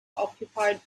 occupied